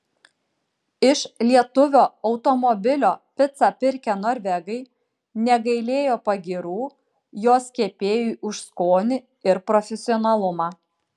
iš lietuvio automobilio picą pirkę norvegai negailėjo pagyrų jos kepėjui už skonį ir profesionalumą